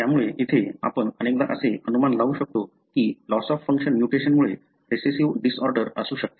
त्यामुळे येथे आपण अनेकदा असे अनुमान लावू शकतो की लॉस ऑफ फंक्शन म्युटेशनमुळे रेसेसिव्ह डिसऑर्डर असू शकते